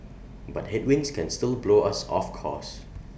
but headwinds can still blow us off course